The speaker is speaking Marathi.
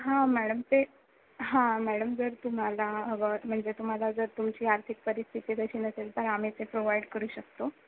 हां मॅडम ते हां मॅडम जर तुम्हाला हवं म्हणजे तुम्हाला जर तुमची आर्थिक परिस्थिती जशी नसेल तर आम्ही ते प्रोव्हाइड करू शकतो